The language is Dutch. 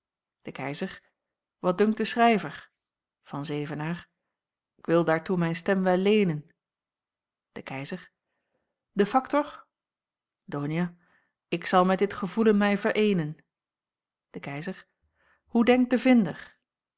de keizer wat dunkt den schrijver van zevenaer k wil daartoe mijn stem wel leenen de keizer den factor donia k zal met dit gevoelen mij vereenen de keizer hoe denkt de vinder